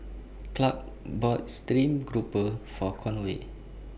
Clark bought Stream Grouper For Conway